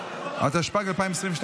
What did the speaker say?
התשפ"ג 2022,